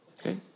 Okay